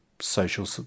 social